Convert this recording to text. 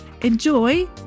enjoy